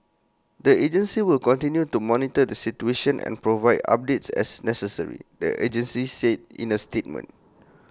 the agency will continue to monitor the situation and provide updates as necessary the agency said in A statement